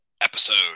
episode